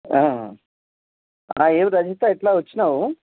ఏం రజిత ఇట్లా వచ్చినావు